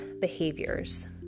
behaviors